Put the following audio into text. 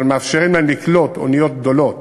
אבל מאפשרים להם לקלוט אוניות גדולות